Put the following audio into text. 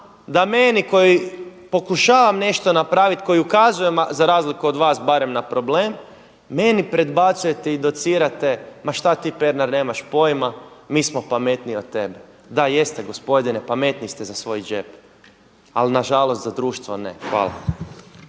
da meni koji pokušavam nešto napraviti, koji ukazujem za razliku od vas barem na problem, meni predbacujete i docirate ma šta ti Pernar nemaš pojma, mi smo pametniji od tebe. Da jeste gospodine, pamatniji ste za svoj džep, ali nažalost za društvo ne. Hvala.